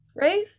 right